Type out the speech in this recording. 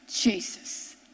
Jesus